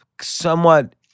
somewhat